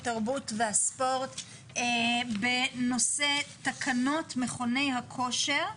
התרבות והספורט בנושא תקנות מכוני הכושר,